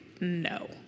no